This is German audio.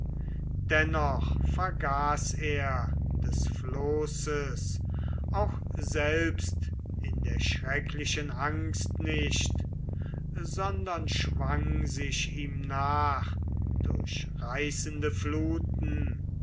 dennoch vergaß er des floßes auch selbst in der schrecklichen angst nicht sondern schwang sich ihm nach durch reißende fluten